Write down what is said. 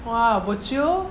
!wah! bojio